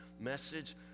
message